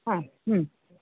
हा